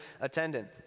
attendant